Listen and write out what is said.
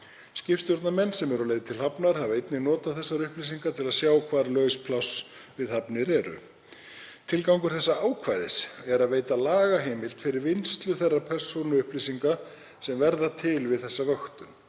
skipstjórnarmenn sem eru á leið til hafnar einnig notað þessar upplýsingar til að sjá hvar laus pláss við hafnir eru. Tilgangur þessa ákvæðis er að veita lagaheimild fyrir vinnslu persónuupplýsinga sem verða til við þessa vöktun.